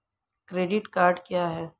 Credit card क्या है?